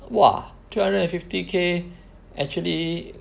!wah! three hundred and fifty K actually